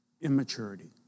immaturity